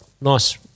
nice